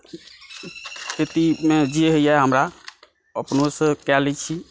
खेतीमे जे होइए हमरा अपनोसँ कए लै छी